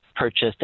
purchased